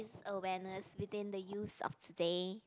awareness between the youths of today